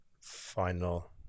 final